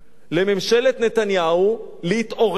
לממשלת נתניהו להתעורר